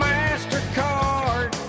MasterCard